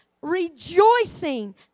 rejoicing